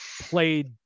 played